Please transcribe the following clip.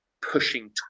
pushing